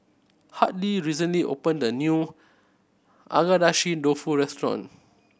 Hartley recently opened a new Agedashi Dofu restaurant